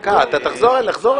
דקה, נחזור אליך.